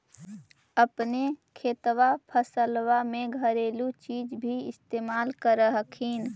अपने खेतबा फसल्बा मे घरेलू चीज भी इस्तेमल कर हखिन?